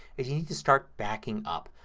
is you need to start backing up.